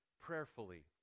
prayerfully